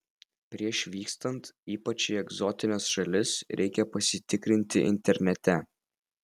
prieš vykstant ypač į egzotines šalis reikia pasitikrinti internete